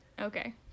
Okay